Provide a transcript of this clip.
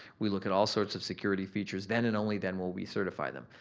we look at all sorts of security features. then and only then will we certify them.